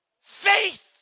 faith